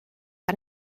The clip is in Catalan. per